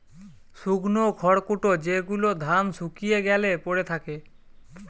শুকনো খড়কুটো যেগুলো ধান শুকিয়ে গ্যালে পড়ে থাকে